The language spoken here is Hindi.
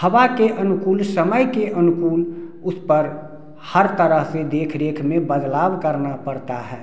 हवा के अनुकूल समय के अनुकूल उस पर हर तरह से देख रेख में बदलाव करना पड़ता है